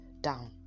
down